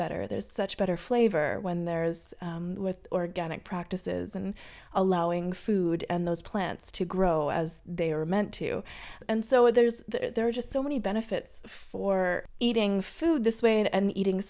better there's such better flavor when there's with organic practices and allowing food and those plants to grow as they are meant to and so there's there's just so many benefits for eating food this way and eating